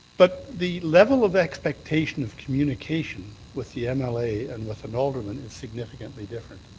but the level of expectation of communication with the m l a. and with an alderman is significantly different.